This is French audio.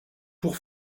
pour